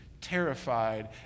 terrified